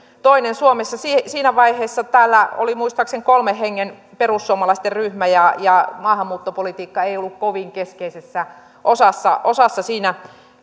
toinen suomessa siinä vaiheessa täällä oli muistaakseni kolmen hengen perussuomalaisten ryhmä ja ja maahanmuuttopolitiikka ei ollut kovin keskeisessä osassa osassa siinä